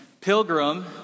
Pilgrim